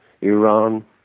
Iran